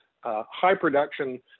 high-production